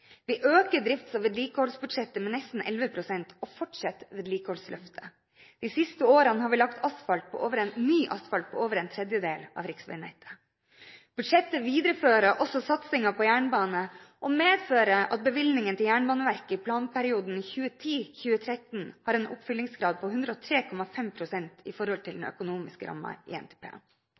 Vi øker drifts- og vedlikeholdsbudsjettet med nesten 11 pst. og fortsetter vedlikeholdsløftet. De siste årene har vi lagt ny asfalt på over en tredjedel av riksveinettet. Budsjettet viderefører også satsingen på jernbane og medfører at bevilgningen til Jernbaneverket i planperioden 2010–2013 har en oppfyllingsgrad på 103,5 pst. i forhold til den økonomiske rammen i